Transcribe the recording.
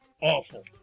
Awful